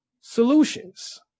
solutions